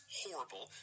horrible